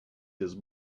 his